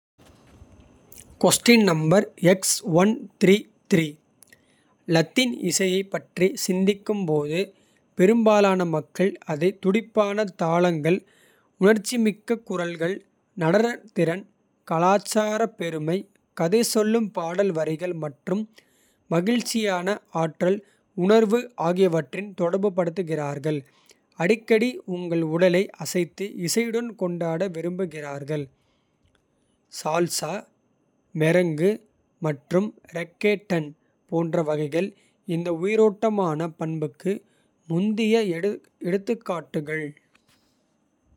லத்தீன் இசையைப் பற்றி சிந்திக்கும் போது. ​​பெரும்பாலான மக்கள் அதை துடிப்பான தாளங்கள். உணர்ச்சிமிக்க குரல்கள் நடனத்திறன் கலாச்சார பெருமை. கதை சொல்லும் பாடல் வரிகள் மற்றும் மகிழ்ச்சியான. ஆற்றல் உணர்வு ஆகியவற்றுடன் தொடர்புபடுத்துகிறார்கள். அடிக்கடி உங்கள் உடலை அசைத்து இசையுடன் கொண்டாட. விரும்புகிறார்கள் சல்சா மெரெங்கு மற்றும் ரெக்கேட்டன். போன்ற வகைகள் இந்த உயிரோட்டமான பண்புக்கு. முக்கிய எடுத்துக்காட்டுகள்.